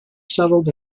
settled